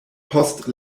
post